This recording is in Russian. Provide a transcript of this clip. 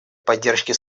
поддержке